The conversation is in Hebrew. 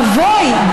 אבוי,